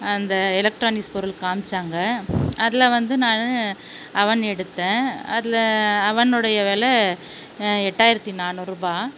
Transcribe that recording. அந்த எலக்ட்ரானிக்ஸ் பொருள் காமிச்சாங்க அதில் வந்து நான் அவன் எடுத்தேன் அதில் அவன் உடைய வில எட்டாயிரத்தி நானூறுபாய்